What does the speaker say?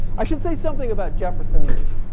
i should say something about jefferson's